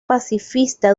pacifista